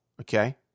okay